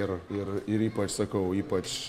ir ir ir ypač sakau ypač